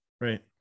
right